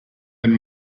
and